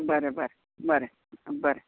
बरें बरें बरें बरें